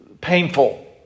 painful